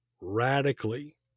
radically